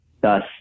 thus